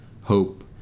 hope